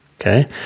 Okay